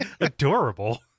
Adorable